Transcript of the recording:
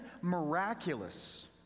miraculous